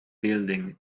building